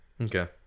Okay